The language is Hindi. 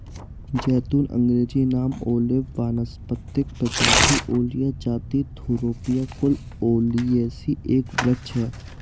ज़ैतून अँग्रेजी नाम ओलिव वानस्पतिक प्रजाति ओलिया जाति थूरोपिया कुल ओलियेसी एक वृक्ष है